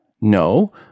No